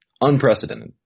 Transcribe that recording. Unprecedented